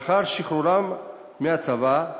לאחר שחרורם מהצבא,